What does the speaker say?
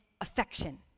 affection